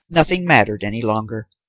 nothing mattered any longer.